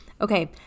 Okay